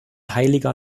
heiliger